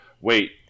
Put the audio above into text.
wait